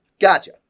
Gotcha